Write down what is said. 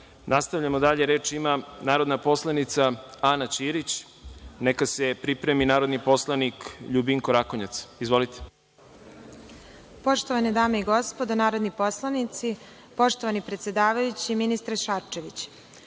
Zahvaljujem. Nastavljamo dalje. Reč ima narodna poslanica Ana Ćirić. Neka se pripremi narodni poslanik Ljubinko Rakonjac. Izvolite. **Ana Karadžić** Poštovane dame i gospodo narodni poslanici, poštovani predsedavajući, ministre Šarčeviću,